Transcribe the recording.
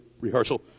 rehearsal